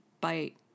bite